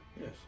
Yes